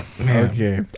Okay